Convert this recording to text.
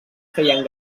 feien